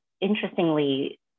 interestingly